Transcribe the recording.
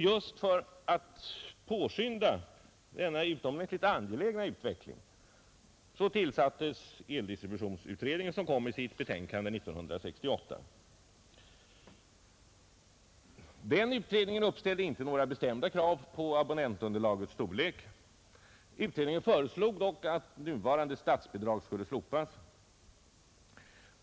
Just för att påskynda denna utomordentligt angelägna utveckling tillsattes eldistributionsutredningen som lade fram sitt betänkande 1968. Den utredningen uppställde inte några bestämda krav på abonnentunderlagets storlek, men föreslog att nuvarande statsbidrag skulle slopas